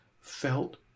felt